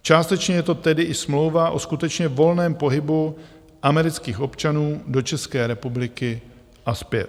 Částečně je to tedy i smlouva o skutečně volném pohybu amerických občanů do České republiky a zpět.